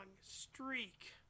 streak